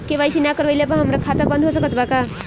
KYC ना करवाइला पर हमार खाता बंद हो सकत बा का?